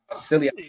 silly